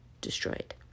destroyed